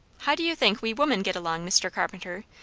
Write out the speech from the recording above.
how do you think we women get along, mr. carpenter?